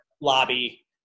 lobby